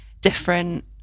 different